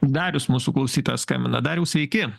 darius mūsų klausytojas skambina dariau sveiki